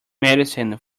medicine